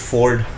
Ford